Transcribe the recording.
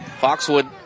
Foxwood